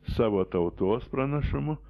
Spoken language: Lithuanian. savo tautos pranašumu